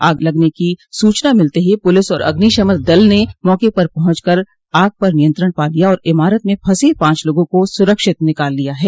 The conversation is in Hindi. आग लगने की सूचना मिलते ही पुलिस और अग्निशमन दल ने मौके पर पहुंच कर आग पर नियंत्रण पा लिया और इमारत में फंसे पांच लोगों को सुरक्षित निकाल लिया है